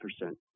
percent